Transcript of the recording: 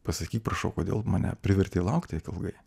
pasakyk prašau kodėl mane privertei laukt taip ilgai